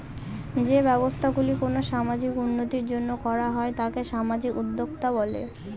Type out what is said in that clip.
যে ব্যবসা গুলো কোনো সামাজিক উন্নতির জন্য করা হয় তাকে সামাজিক উদ্যক্তা বলে